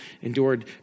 endured